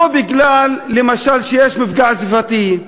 לא כי, למשל, יש מפגע סביבתי,